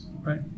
Right